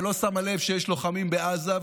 ולא שמה לב שיש לוחמים בעזה,